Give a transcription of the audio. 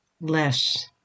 less